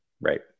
Right